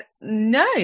No